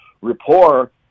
rapport